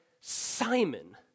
Simon